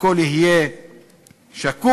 הכול יהיה שקוף,